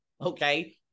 okay